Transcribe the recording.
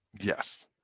Yes